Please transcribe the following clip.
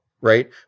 right